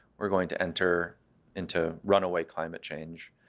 we're going to enter into runaway climate change,